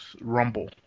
rumble